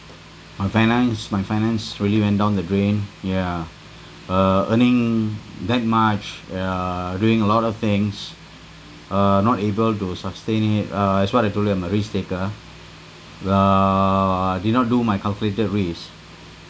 my finance my finance really went down the drain ya uh earning that much ya doing a lot of things uh not able to sustain it uh as what I told you I'm a risk taker uh did not do my calculated risk